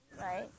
right